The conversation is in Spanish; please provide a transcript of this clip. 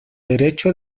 derecho